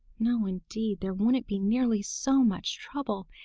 no, indeed, there wouldn't be nearly so much trouble.